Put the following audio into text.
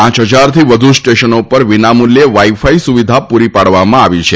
પાંચ હજારથી વધુ સ્ટેશનો ઉપર વિનામૂલ્યે વાઇ ફાઇ સુવિધા પૂરી પાડવામાં આવી છે